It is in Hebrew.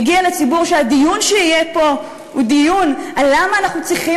מגיע לציבור שהדיון שיהיה פה יהיה דיון על למה אנחנו צריכים